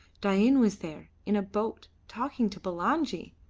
dain was there, in a boat, talking to bulangi.